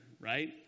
right